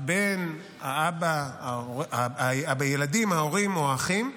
הבן, האבא, הילדים, ההורים או האחים,